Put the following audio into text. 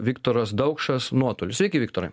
viktoras daukšas nuotoliu sveiki viktorai